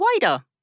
wider